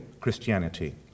Christianity